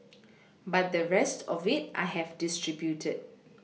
but the rest of it I have distributed